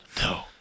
No